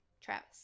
travis